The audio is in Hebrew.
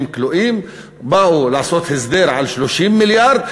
כלואים באו לעשות הסדר על 30 מיליארד.